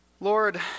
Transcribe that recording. Lord